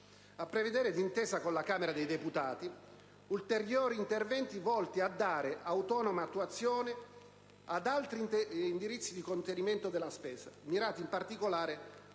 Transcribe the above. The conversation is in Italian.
a prevedere, d'intesa con la Camera dei deputati, ulteriori interventi volti a dare autonoma attuazione ad altri indirizzi di contenimento della spesa, mirati in particolare a